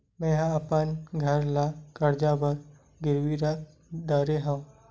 मेहा अपन घर ला कर्जा बर गिरवी रख डरे हव